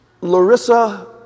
Larissa